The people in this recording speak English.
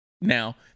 Now